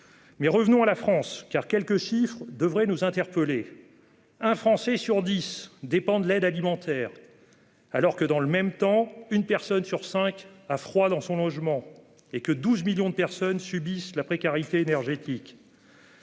Mais revenons à la France, car quelques chiffres devraient nous interpeller : un Français sur dix dépend de l'aide alimentaire ! Dans le même temps, une personne sur cinq a froid dans son logement et 12 millions de nos compatriotes subissent la précarité énergétique.